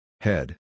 Head